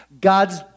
God's